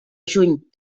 juny